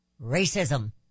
Racism